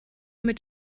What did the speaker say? mit